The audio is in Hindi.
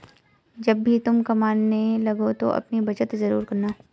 जब भी तुम कमाने लगो तो अपनी बचत जरूर करना